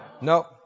No